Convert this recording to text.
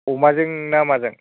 अमाजों ना माजों